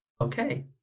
Okay